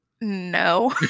no